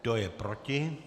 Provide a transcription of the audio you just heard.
Kdo je proti?